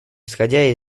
исходя